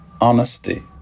honesty